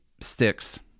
sticks